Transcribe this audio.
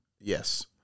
yes